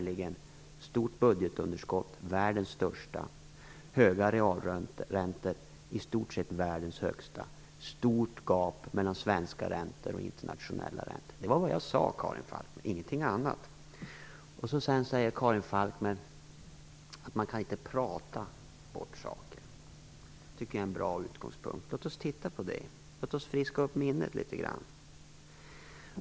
Vi hade ett stort budgetunderskott, världens största; höga realräntor, i stort sett världens högsta, och ett stort gap mellan svenska och internationella räntor. Det var vad jag sade, Karin Falkmer, ingenting annat. Vidare säger Karin Falkmer att man inte kan prata bort saker. Jag tycker att det är en bra utgångspunkt. Låt oss friska upp minnet litet grand.